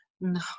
No